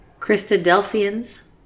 Christadelphians